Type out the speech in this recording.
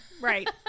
Right